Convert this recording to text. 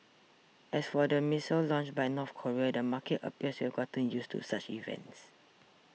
as for the missile launch by North Korea the market appears to have gotten used to such events